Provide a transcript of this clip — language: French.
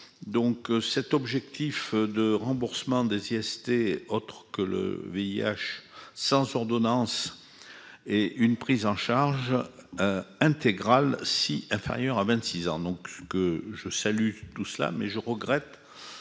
donc cet objectif de remboursement des IST, autre que le VIH sans ordonnance et une prise en charge intégrale si inférieur à 26 ans, donc, que je salue tout cela mais je regrette